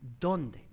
¿Dónde